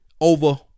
over